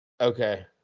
Okay